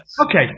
Okay